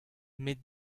met